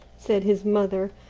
said his mother,